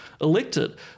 elected